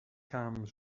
kamen